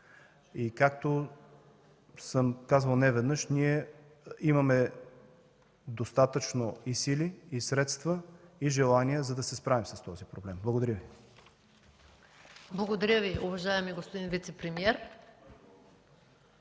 Както съм казвал неведнъж, ние имаме достатъчно и сили, и средства, и желание, за да се справим с този проблем. Благодаря. ПРЕДСЕДАТЕЛ МАЯ МАНОЛОВА: Благодаря Ви, уважаеми господин вицепремиер.